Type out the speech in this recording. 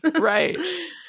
Right